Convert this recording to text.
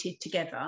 together